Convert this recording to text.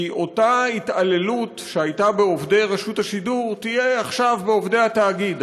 כי אותה התעללות שהייתה בעובדי רשות השידור תהיה עכשיו בעובדי התאגיד.